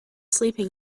sleeping